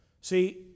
See